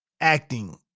acting